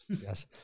Yes